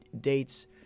dates